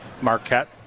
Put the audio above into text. Marquette